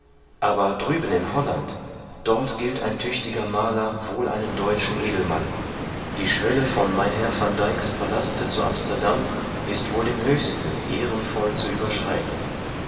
aber drüben in holland dort gilt ein tüchtiger maler wohl einen deutschen edelmann die schwelle von mynherr van dycks palaste zu amsterdam ist wohl dem höchsten ehrenvoll zu überschreiten